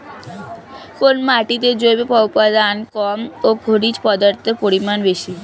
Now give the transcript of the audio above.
কোন মাটিতে জৈব উপাদান কম ও খনিজ পদার্থের পরিমাণ বেশি?